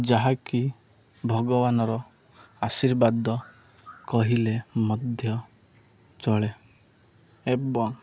ଯାହାକି ଭଗବାନର ଆଶୀର୍ବାଦ କହିଲେ ମଧ୍ୟ ଚଳେ ଏବଂ